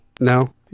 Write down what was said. No